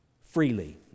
freely